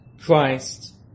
Christ